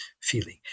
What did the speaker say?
feeling